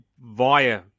via